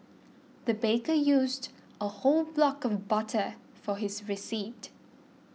the baker used a whole block of butter for this recipe